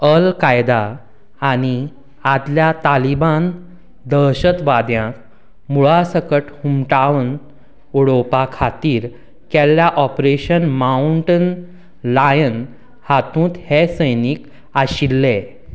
अल Qaeda आनी आदल्या Taliban दहशतवाद्यांक मुळासकट हुमटावन उडोवपाखातीर केल्ल्या ऑपरेशन मावंटन लायन हातूंत हे सैनीक आशिल्ले